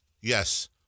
Yes